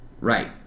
right